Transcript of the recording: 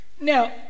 Now